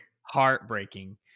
Heartbreaking